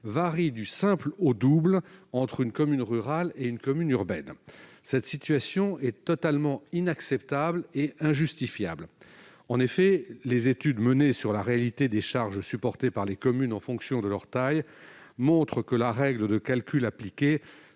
varie du simple au double entre une commune rurale et une commune urbaine. Cette situation est totalement inacceptable et injustifiable. En effet, les études menées sur la réalité des charges supportées par les communes en fonction de leur taille montrent que la règle de calcul appliquée